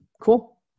Cool